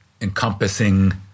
encompassing